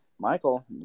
Michael